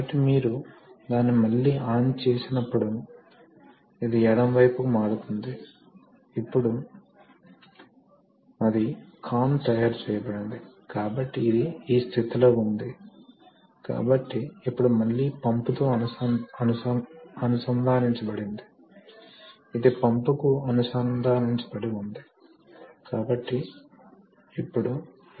కాబట్టి అంచున ఇది ఒక పిస్టన్ ఉంది ఇక్కడ మరొక పిస్టన్ ఉంది కాబట్టి అంచున అనేక పిస్టన్లు ఉన్నాయి వాటిలో రెండు చూపించబడుతున్నాయి మరియు చివర ఈ పిస్టన్లు వాస్తవానికి ఒక ప్లేట్ ద్వారా అనుసంధానించబడి ఉంటాయి కాబట్టి చిత్రంలో ప్లేట్ చూడండి